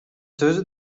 сөзү